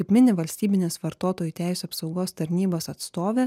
kaip mini valstybinės vartotojų teisių apsaugos tarnybos atstovė